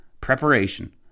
Preparation